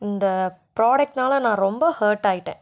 இந்த ப்ரோடக்ட்னால நான் ரொம்ப ஹேர்ட் ஆகிட்டேன்